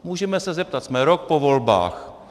Můžeme se zeptat, jsme rok po volbách: